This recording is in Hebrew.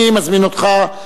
אני מזמין אותך,